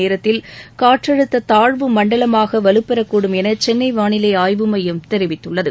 நேரத்தில் காற்றழுத்த தாழ்வு மண்டலமாக வலுப்பெறக்கூடும் என சென்னை வானிலை ஆய்வு மையம் தெரிவித்துள்ளது